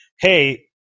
hey